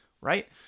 right